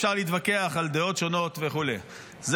אפשר להתווכח על דעות שונות וכו'; זה